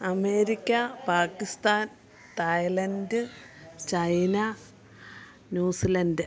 America Pakistan Thailand China New Zealand